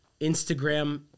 Instagram